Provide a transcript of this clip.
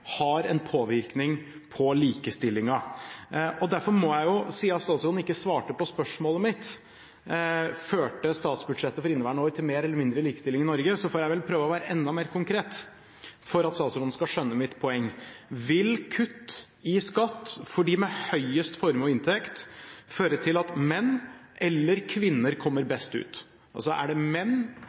har en påvirkning på likestillingen. Derfor må jeg si at statsråden ikke svarte på spørsmålet mitt: Førte statsbudsjettet for inneværende år til mer eller mindre likestilling i Norge? Jeg får vel prøve å være enda mer konkret for at statsråden skal skjønne mitt poeng: Vil kutt i skatt for de med høyest formue og inntekt føre til at menn eller kvinner kommer best ut? Altså: Er det menn